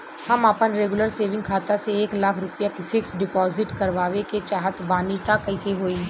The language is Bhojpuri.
हम आपन रेगुलर सेविंग खाता से एक लाख रुपया फिक्स डिपॉज़िट करवावे के चाहत बानी त कैसे होई?